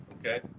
okay